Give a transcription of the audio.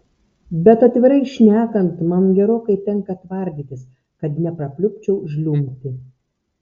bet atvirai šnekant man gerokai tenka tvardytis kad neprapliupčiau žliumbti